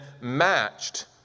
matched